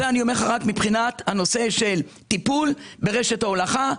את זה אני אומר לך רק מבחינת הנושא של טיפול ברשת ההולכה,